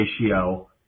ratio